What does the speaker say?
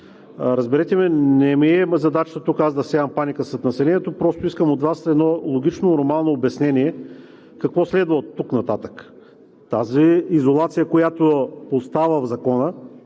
Разберете ме, не ми е задача тук аз да всявам паника сред населението, просто искам от Вас едно логично, нормално обяснение: какво следва оттук нататък? Тази изолация, която остава в Закона,